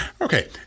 Okay